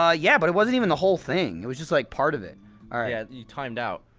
ah yeah! but it wasn't even the whole thing, it was just like, part of it ah yeah, you timed out